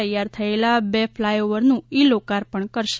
તૈયાર થયેલા બે ફ્લાય ઓવરનું ઇ લોકાર્પણ કરશે